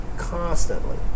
constantly